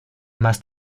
más